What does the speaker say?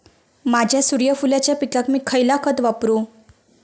माझ्या सूर्यफुलाच्या पिकाक मी खयला खत वापरू?